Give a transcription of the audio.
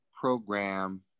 program